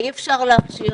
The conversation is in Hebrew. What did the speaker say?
ואי אפשר להכשיר,